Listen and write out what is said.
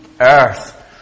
earth